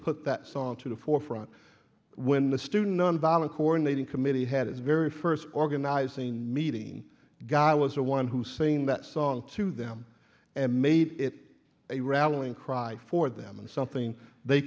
put that song to the forefront when the student nonviolent coordinating committee had its very first organizing meeting guy i was the one who sing that song to them and made it a rallying cry for them and something they